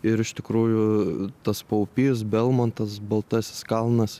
ir iš tikrųjų tas paupys belmontas baltasis kalnas